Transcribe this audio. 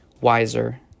wiser